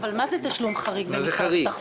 אבל מה זה "תשלום חריג במשרד התחבורה"?